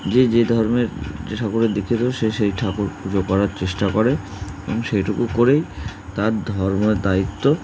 যে যে ধর্মের যে ঠাকুরের দিকে তো সেই ঠাকুর পুজো করার চেষ্টা করে এবং সেইটুকু করেই তার ধর্ম দায়িত্ব